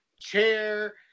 chair